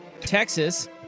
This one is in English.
Texas